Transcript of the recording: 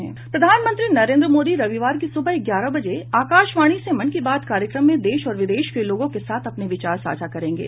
प्रधानमंत्री नरेन्द्र मोदी रविवार की सुबह ग्यारह बजे आकाशवाणी से मन की बात कार्यक्रम में देश और विदेश में लोगों के साथ अपने विचार साझा करेंगे